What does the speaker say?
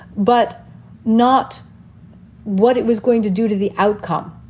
but not what it was going to do to the outcome.